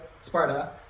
Sparta